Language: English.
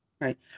right